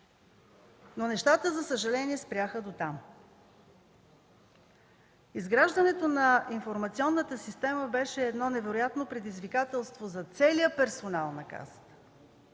Но нещата, за съжаление, спряха до там. Изграждането на информационната система беше едно невероятно предизвикателство за целия персонал на Касата.